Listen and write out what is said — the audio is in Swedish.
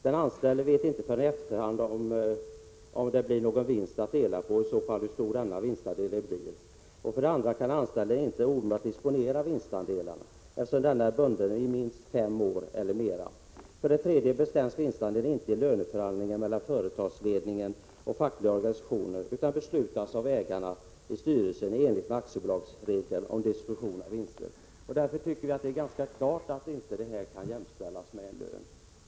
Den anställde vet inte förrän i efterhand om det blir någon vinst att dela på eller hur stor en eventuell vinstandel blir. För det andra kan den anställde inte omedelbart disponera vinstandelarna, eftersom dessa är bundna i minst fem år. För det tredje bestäms vinstandelarna inte i löneförhandlingar mellan 1 företagsledningen och de fackliga organisationerna, utan de beslutas av ägarna i styrelsen i enlighet med aktiebolagsregeln om disposition av vinst. Vi tycker mot den bakgrunden att det är ganska klart att vinstandel inte kan jämställas med lön.